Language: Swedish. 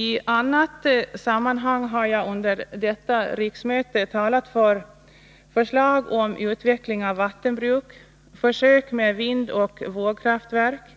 I annat sammanhang har jag under detta riksmöte talat för förslag om utveckling av vattenbruk, försök med vindoch vågkraftverk